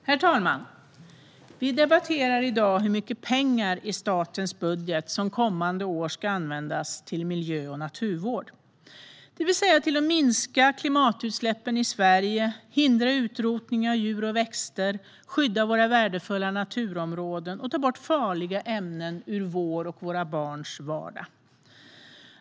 Herr talman! Vi debatterar i dag hur mycket pengar i statens budget som kommande år ska användas till miljö och naturvård, det vill säga till att minska klimatutsläppen i Sverige, hindra utrotningen av djur och växter, skydda våra värdefulla naturområden och ta bort farliga ämnen ur vår och våra barns vardag.